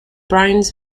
browns